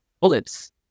bullets